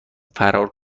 فرار